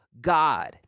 God